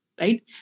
Right